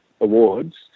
awards